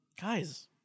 guys